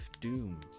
Doom